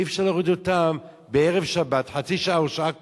אי-אפשר להוריד אותם בערב שבת חצי שעה או שעה קודם,